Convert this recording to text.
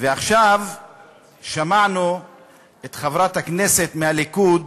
ועכשיו שמענו את חברת הכנסת מהליכוד,